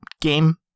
game